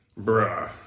Bruh